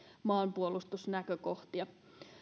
maanpuolustusnäkökohtia